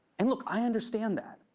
and, look, i understand that,